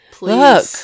look